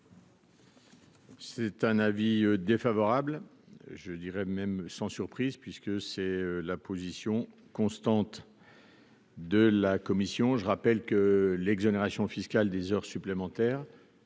C'est un avis défavorable je dirais même, sans surprise, puisque c'est la position constante. De la commission, je rappelle que l'exonération fiscale des heures supplémentaires,